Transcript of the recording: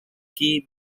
key